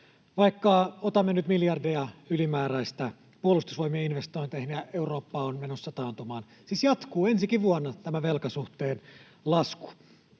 vaikka otamme nyt miljardeja ylimääräistä Puolustusvoimien investointeihin ja Eurooppa on menossa taantumaan — siis jatkuu ensikin vuonna tämä velkasuhteen lasku.